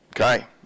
Okay